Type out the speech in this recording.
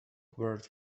word